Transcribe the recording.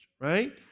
right